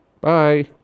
Bye